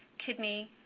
kidney,